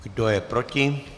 Kdo je proti?